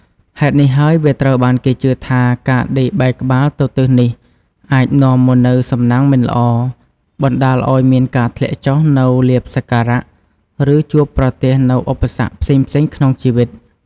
ហេតុនេះហើយ វាត្រូវបានគេជឿថា ការដេកបែរក្បាលទៅទិសនេះអាចនាំមកនូវ សំណាងមិនល្អ បណ្ដាលឱ្យមានការធ្លាក់ចុះនូវលាភសក្ការៈ ឬជួបប្រទះនូវឧបសគ្គផ្សេងៗក្នុងជីវិត។